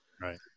Right